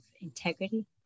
integrity